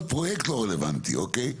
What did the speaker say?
פרויקט לא רלוונטי, אוקיי?